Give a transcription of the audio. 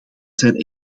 zijn